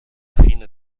fine